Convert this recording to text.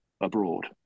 abroad